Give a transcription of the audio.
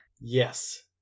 Yes